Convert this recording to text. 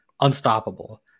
unstoppable